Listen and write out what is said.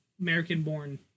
American-born